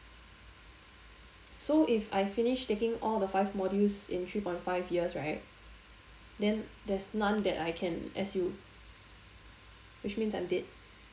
so if I finish taking all the five modules in three point five years right then there's none that I can s u which means I'm dead